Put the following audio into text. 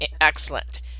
excellent